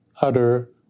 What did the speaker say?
utter